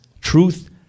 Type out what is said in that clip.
truth